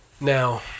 Now